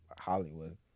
Hollywood